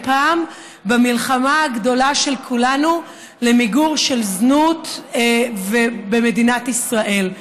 פעם במלחמה הגדולה של כולנו למיגור הזנות במדינת ישראל.